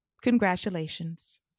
congratulations